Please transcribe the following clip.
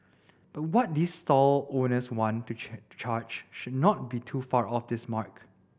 but what these stall owners want to charge should not be too far off this mark